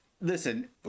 Listen